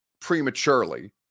prematurely